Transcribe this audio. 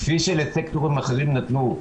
כפי שלסקטורים אחרים נתנו,